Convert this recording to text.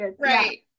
Right